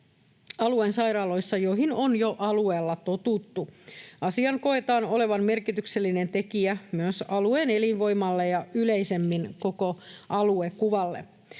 alueen sairaaloissa, joihin on jo alueella totuttu. Asian koetaan olevan merkityksellinen tekijä myös alueen elinvoimalle ja yleisemmin koko aluekuvalle.